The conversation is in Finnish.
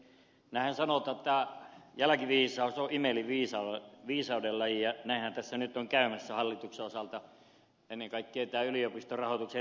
näinhän sanotaan että jälkiviisaus on imelin viisaudenlaji ja näinhän tässä nyt on käymässä hallituksen osalta ennen kaikkea tämän yliopistorahoituksen riittävyyden suhteen